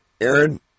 Aaron